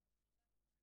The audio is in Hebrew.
בנייה"